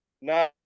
No